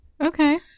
Okay